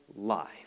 Life